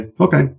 okay